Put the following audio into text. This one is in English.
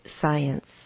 science